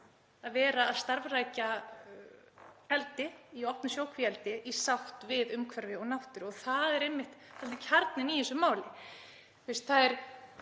hægt að starfrækja eldi í opnu sjókvíaeldi í sátt við umhverfi og náttúru og það er einmitt kjarninn í þessu máli.